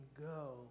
go